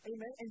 Amen